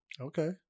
Okay